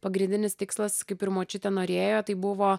pagrindinis tikslas kaip ir močiutė norėjo tai buvo